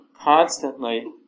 constantly